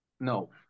No